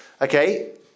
Okay